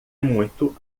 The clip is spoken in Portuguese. muito